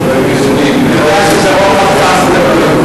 מי עוד חוץ ממך שולח לחו"ל?